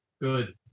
Good